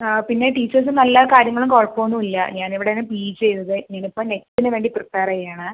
പിന്നെ ടീച്ചേർസും നല്ല കാര്യങ്ങളും കുഴപ്പം ഒന്നും ഇല്ല ഞാൻ ഇവിടുന്ന് തന്നെ പിജി ചെയ്യുന്നത് ഇനി ഇപ്പം നെറ്റിന് വേണ്ടി പ്രിപ്പയർ ചെയ്യാണ്